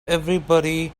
everybody